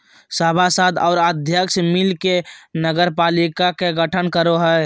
सभासद और अध्यक्ष मिल के नगरपालिका के गठन करो हइ